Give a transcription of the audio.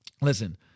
listen